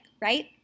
right